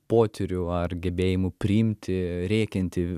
potyriu ar gebėjimu priimti rėkiantį